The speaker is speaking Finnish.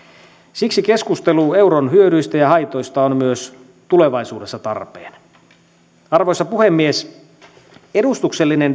siksi keskustelu euron hyödyistä ja haitoista on myös tulevaisuudessa tarpeen arvoisa puhemies edustuksellinen